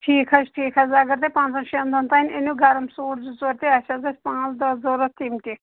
ٹھیٖک حظ چھِ ٹھیٖک حظ اگر تۄہہِ پانٛژَن شٮ۪ن دۄہَن تام أنِو گرم سوٗٹ زٕ ژور تہِ اَسہِ حظ ٲسۍ پانٛژھ دَہ ضوٚرَتھ تِم تہِ